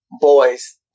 boys